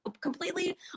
completely